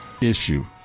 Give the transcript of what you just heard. issue